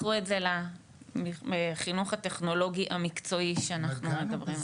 תיקחו את זה לחינוך הטכנולוגי המקצועי שאנחנו מדברים עליו.